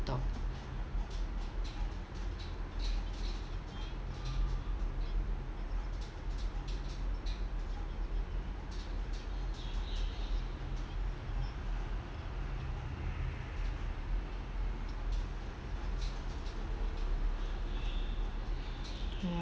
tok ya